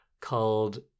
called